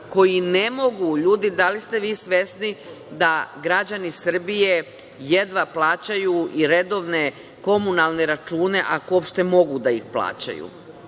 koji ne mogu? LJudi, da li ste vi svesni da građani Srbije jedva plaćaju i redovne komunalne račune, ako uopšte mogu da ih plaćaju?